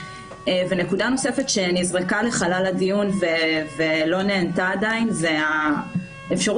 נקודה נוספת שנזרקה לחלל הדיון ולא נענתה עדיין זה אפשרות